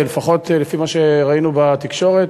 לפחות לפי מה שראינו בתקשורת,